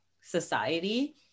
society